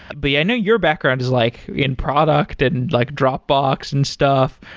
but yeah i know your background is like in product and like dropbox and stuff.